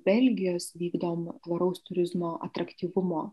belgijos vykdom tvaraus turizmo atraktyvumo